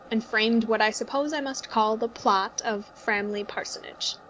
and framed what i suppose i must call the plot of framley parsonage.